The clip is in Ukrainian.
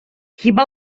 хіба